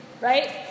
Right